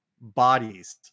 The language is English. bodies